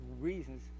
reasons